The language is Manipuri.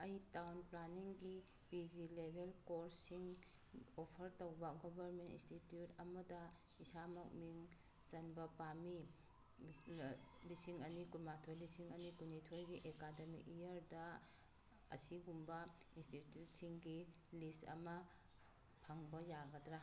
ꯑꯩ ꯇꯥꯎꯟ ꯄ꯭ꯂꯥꯅꯤꯡꯒꯤ ꯄꯤ ꯖꯤ ꯂꯦꯕꯦꯜ ꯀꯣꯔꯁꯁꯤꯡ ꯑꯣꯐꯔ ꯇꯧꯕ ꯒꯣꯕꯔꯃꯦꯟ ꯏꯟꯁꯇꯤꯇ꯭ꯌꯨꯠ ꯑꯃꯗ ꯏꯁꯥꯃꯛ ꯃꯤꯡ ꯆꯟꯕ ꯄꯥꯝꯃꯤ ꯂꯤꯁꯤꯡ ꯑꯅꯤ ꯀꯨꯟꯃꯥꯊꯣꯏ ꯂꯤꯁꯤꯡ ꯑꯅꯤ ꯀꯨꯟꯅꯤꯊꯣꯏꯒꯤ ꯑꯦꯀꯥꯗꯃꯤꯛ ꯏꯌꯔꯗ ꯑꯁꯤꯒꯨꯝꯕ ꯏꯟꯁꯇꯤꯇ꯭ꯌꯨꯠꯁꯤꯡꯒꯤ ꯂꯤꯁ ꯑꯃ ꯐꯪꯕ ꯌꯥꯒꯗ꯭ꯔꯥ